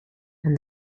and